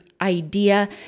idea